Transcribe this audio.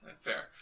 Fair